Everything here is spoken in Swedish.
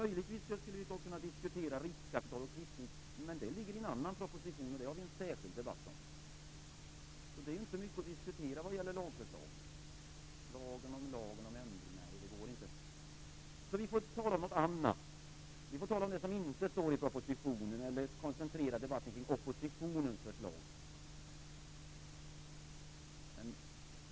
Möjligtvis skulle vi kunna diskutera riskkapital och kvittning, men det ligger i en annan proposition, och det har vi en särskild debatt om. Det är inte mycket att diskutera vad gäller lagförslag. Lagen om lagen om ändring...nej, det går inte. Vi får tala om något annat. Vi får tala om det som inte står i propositionen eller koncentrera debatten kring oppositionens förslag.